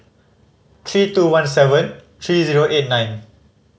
three two one seven three zero eight nine